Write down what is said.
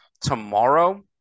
tomorrow